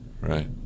Right